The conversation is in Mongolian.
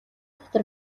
дотор